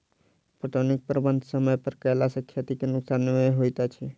पटौनीक प्रबंध समय पर कयला सॅ खेती मे नोकसान नै होइत अछि